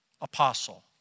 apostle